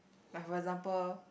like for example